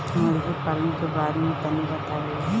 मुर्गी पालन के बारे में तनी बताई?